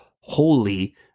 holy